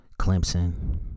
Clemson